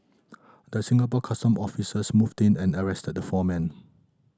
the Singapore Customs officers moved in and arrested the four men